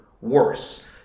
worse